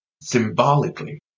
symbolically